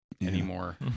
anymore